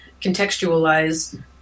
contextualize